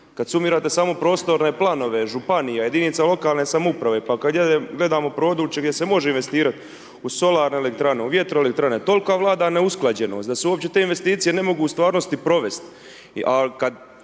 Kad sumirate samo prostorne planove, županija, jedinica lokalne samouprave pa kada gledamo područje gdje se može investirati u solarne elektrane, u vjetroelektrane tolika vlada neusklađenost da se uopće te investicije ne mogu u stvarnosti provesti.